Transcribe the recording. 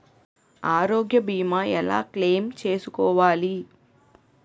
ఆరోగ్య భీమా ఎలా క్లైమ్ చేసుకోవాలి?